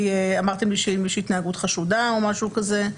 אמרתם לי שאם יש התנהגות חשודה או משהו כזה.